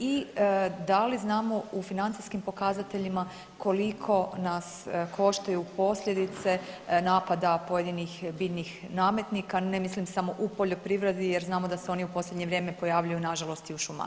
I da li znamo u financijskim pokazateljima koliko nas koštaju posljedice napada pojedinih biljnih nametnika, ne mislim samo u poljoprivredi, jer znamo da se oni u posljednje vrijeme pojavljuju na žalost i u šumarstvu.